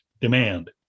demand